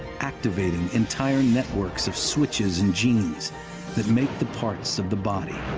activating entire networks of switches and genes that make the parts of the body.